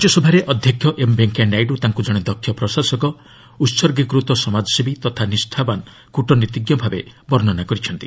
ରାଜ୍ୟସଭାରେ ଅଧ୍ୟକ୍ଷ ଏମ୍ ଭେଙ୍କିୟା ନାଇଡୁ ତାଙ୍କୁ ଜଣେ ଦକ୍ଷ ପ୍ରଶାସକ ଉହର୍ଗୀକୃତ ସମାଜସେବୀ ତଥା ନିଷ୍ଠାବାନ୍ କୃଟନୀତିଜ୍ଞ ଭାବେ ବର୍ଷ୍ଣନା କରିଛନ୍ତି